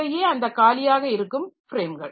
இவையே அந்த காலியாக இருக்கும் ஃப்ரேம்கள்